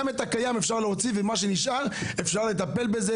גם את הקיים אפשר להוציא ומה שנשאר אפשר לטפל בזה,